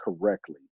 correctly